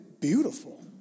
beautiful